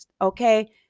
okay